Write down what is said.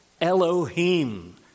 Elohim